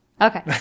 Okay